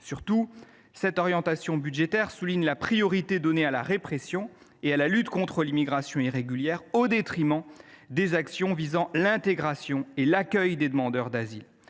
Surtout, cette orientation budgétaire souligne la priorité donnée à la répression et à la lutte contre l’immigration irrégulière au détriment des actions menées en faveur de l’intégration et de l’accueil des demandeurs d’asile.